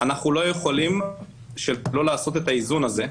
אנחנו לא יכולים שלא לעשות את האיזון הזה,